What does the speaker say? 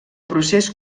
procés